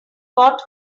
got